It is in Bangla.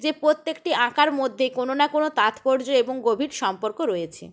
যে প্রত্যেকটি আঁকার মধ্যে কোনো না কোনো তাৎপর্য এবং গভীর সম্পর্ক রয়েছে